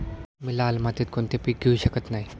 मी लाल मातीत कोणते पीक घेवू शकत नाही?